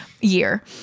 year